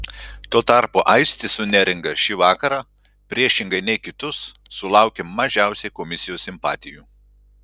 tuo tarpu aistis su neringa šį vakarą priešingai nei kitus sulaukė mažiausiai komisijos simpatijų